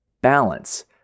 balance